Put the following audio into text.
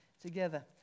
together